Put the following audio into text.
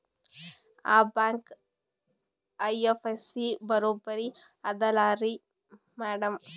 ಆ bank IFSC ಬರೊಬರಿ ಅದಲಾರಿ ಮ್ಯಾಡಂ?